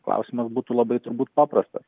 klausimas būtų labai turbūt paprastas